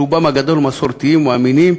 רובם הגדול מסורתיים ומאמינים,